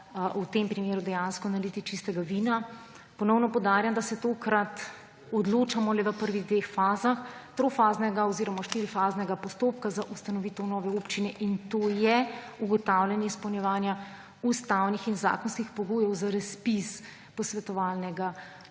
v tem primeru dejansko naliti čistega vina. Ponovno poudarjam, da se tokrat odločamo le o prvih dveh fazah trofaznega oziroma štirifaznega postopka za ustanovitev nove občine. In to je ugotavljanje izpolnjevanja ustavnih in zakonskih pogojev za razpis posvetovalnega